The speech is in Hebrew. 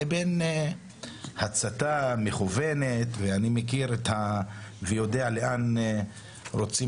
לבין הצתה מכוונת ואני מכיר ויודע לאן רוצים